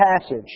passage